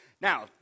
Now